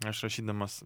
aš rašydamas